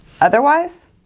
Otherwise